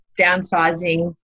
downsizing